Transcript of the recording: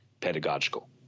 pedagogical